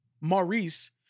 Maurice